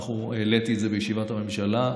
העליתי את זה בישיבת הממשלה.